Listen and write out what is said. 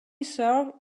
serve